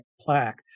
plaque